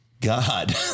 God